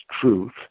truth